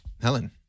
Helen